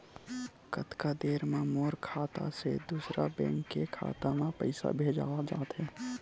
कतका देर मा मोर खाता से दूसरा बैंक के खाता मा पईसा भेजा जाथे?